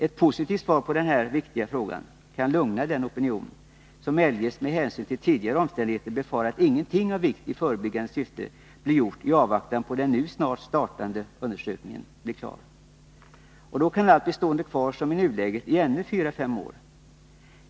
Ett positivt svar på denna viktiga fråga kan lugna den opinion som eljest med hänsyn till tidigare omständigheter befarar att ingenting av vikt i förebyggande syfte blir gjort i avvaktan på att den nu snart startande undersökningen blir klar. Och då kan allt bli stående kvar som i nuläget i ännu fyra fem år.